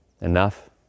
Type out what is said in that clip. enough